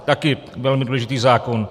Taky velmi důležitý zákon.